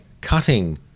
cutting